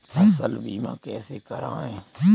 फसल बीमा कैसे कराएँ?